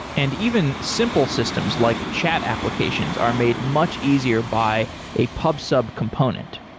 and even simple systems like chat applications are made much easier by a pub-sub component.